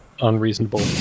Unreasonable